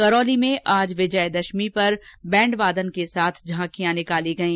करौली में विजयादशमी पर आज बैण्डवादन के साथ झांकियां निकाली गई